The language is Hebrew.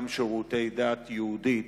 גם שירותי הדת היהודית,